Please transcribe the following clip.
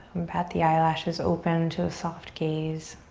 bat the eyelashes open to a soft gaze.